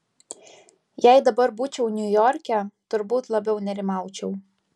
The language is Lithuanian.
jei dabar būčiau niujorke turbūt labiau nerimaučiau